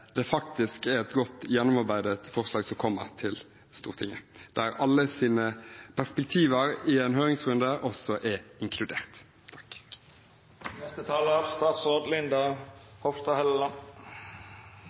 det faktisk er et godt, gjennomarbeidet forslag som kommer til Stortinget, der alles perspektiver i en høringsrunde også er inkludert.